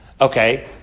Okay